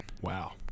Wow